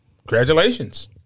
congratulations